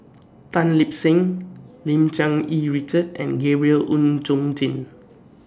Tan Lip Seng Lim Cherng Yih Richard and Gabriel Oon Chong Jin